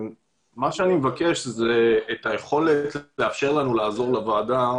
אני מבקש את היכולת לאפשר לנו לעזור לוועדה.